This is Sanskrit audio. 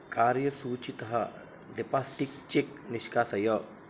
कार्यसूचितः डिपास्टिक् चिक् निष्कासय